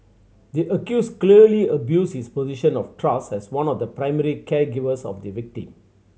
the accused clearly abused his position of trust as one of the primary caregivers of the victim